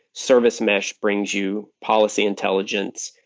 service mesh brings you policy intelligence,